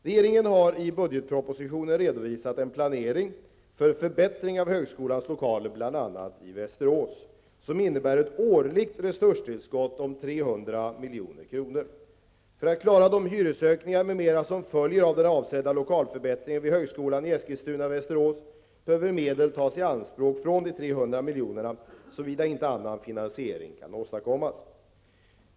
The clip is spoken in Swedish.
Regeringen har i budgetpropositionen redovisat en planering för förbättring av högskolans lokaler, bl.a. i Västerås, som innebär ett årligt resurstillskott om 300 milj.kr. För att klara de hyresökningar m.m., som följer av den avsedda lokalförbättringen för högskolan i Eskilstuna/Västerås, behöver medel tas i anspråk från de 300 miljonerna, såvida inte annan finansiering kan åstadkommas.